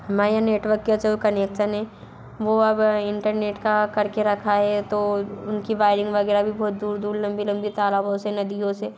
हमारे यहाँ नेटवक का जो कनेक्सन है वो अब इंटरनेट का कर के रखा है तो उनकी वाइरिंग वग़ैरह भी बहुत दूर दूर लम्बी लम्बी तालाबों से नदियों से